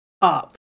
up